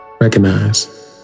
recognize